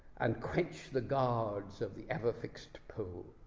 and quench the guards of the ever-fixed pole.